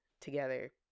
together